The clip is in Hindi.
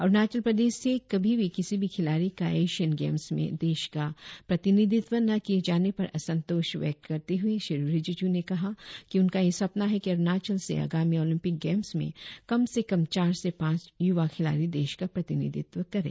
अरुणाचल प्रदेश से कभी भी किसी भी खिलाड़ी का एशियन गेम्स में देश का प्रतिनिधित्व न किए जाने पर असंतोष व्यक करते हुए श्री रिजिज्ञ ने कहा कि उनका यह सपना है कि अरुणाचल से आगामी ओलंपिक गेम्स में कम से कम चार से पांच युवा खिलाड़ी देश का प्रतिनिधित्व करें